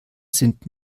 sind